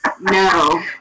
No